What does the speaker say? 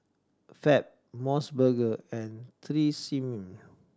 Fab Mos Burger and Tresemme